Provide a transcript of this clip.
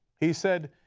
he said,